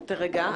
תירגע.